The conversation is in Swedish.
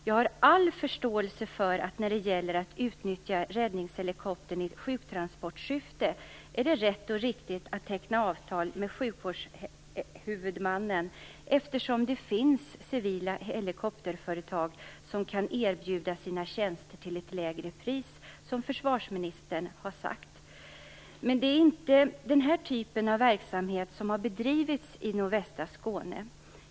Jag har all förståelse för att när det gäller att utnyttja räddningshelikoptern i sjuktransportsyfte är det rätt och riktigt att teckna avtal med sjukvårdshuvudmannen eftersom det finns civila helikopterföretag som kan erbjuda sina tjänster till ett lägre pris, som försvarsministern har sagt. Men det är ju inte den här typen av verksamhet som har bedrivits i nordvästra Skåne.